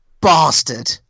bastard